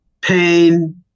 pain